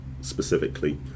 specifically